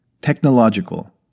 Technological